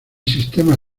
sistema